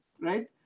right